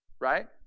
right